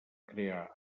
crear